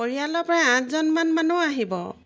পৰিয়ালৰ প্ৰায় আঠজনমান মানুহ আহিব